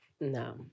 No